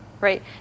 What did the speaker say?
right